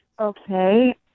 Okay